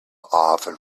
often